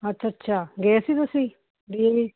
ਅੱਛ ਅੱਛਾ ਗਏ ਸੀ ਤੁਸੀਂ ਡੀ ਏ ਵੀ